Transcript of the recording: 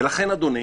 ולכן אדוני,